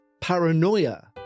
paranoia